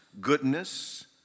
goodness